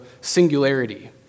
singularity